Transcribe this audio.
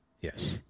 Yes